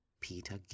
Peter